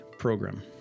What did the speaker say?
program